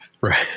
Right